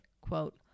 quote